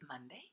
Monday